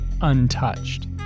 untouched